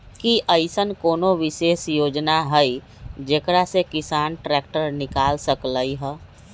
कि अईसन कोनो विशेष योजना हई जेकरा से किसान ट्रैक्टर निकाल सकलई ह?